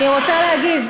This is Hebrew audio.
היא רוצה להגיב.